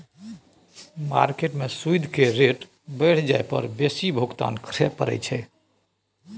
market में सूइद केर रेट बढ़ि जाइ पर बेसी भुगतान करइ पड़इ छै